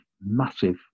massive